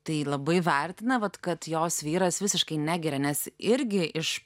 tai labai vertina vat kad jos vyras visiškai negeria nes irgi iš